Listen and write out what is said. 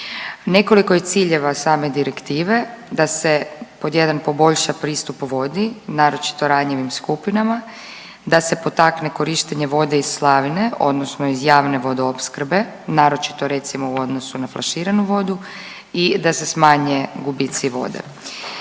Nekoliko je ciljeva same direktive, da se pod 1 poboljša pristup vodi naročito ranjivim skupinama, da se potakne korištenje vode iz slavine odnosno iz javne vodoopskrbe naročito recimo u odnosu na flaširanu vodu i da se smanjene gubici vode.